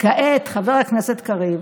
כעת חבר הכנסת קריב